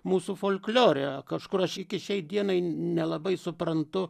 mūsų folklore kažkur aš iki šiai dienai nelabai suprantu